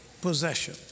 possession